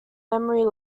memory